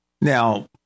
Now